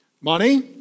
Money